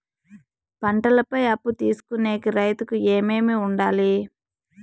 పంటల పై అప్పు తీసుకొనేకి రైతుకు ఏమేమి వుండాలి?